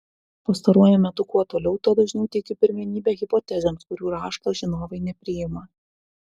pastaruoju metu kuo toliau tuo dažniau teikiu pirmenybę hipotezėms kurių rašto žinovai nepriima